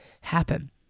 happen